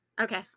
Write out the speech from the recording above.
Okay